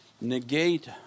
negate